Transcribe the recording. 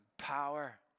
Power